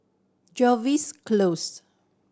Jervois Close